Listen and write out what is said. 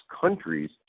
countries